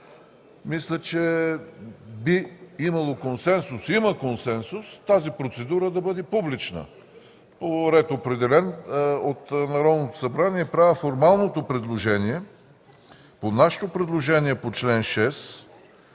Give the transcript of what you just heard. мисля, че би имало консенсус тази процедура да бъде публична по ред определен от Народното събрание. Правя формалното предложение – по нашето предложение по чл. 6,